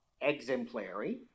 exemplary